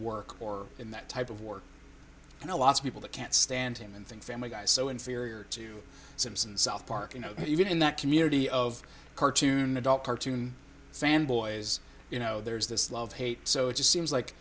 work or in that type of work and a lot of people that can't stand him and think family guy so inferior to simpsons south park you know that even in that community of cartoon adult cartoon fanboys you know there's this love hate so it just seems like